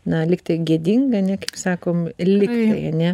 na lygtai gėdinga ane kaip sakom lygtai ane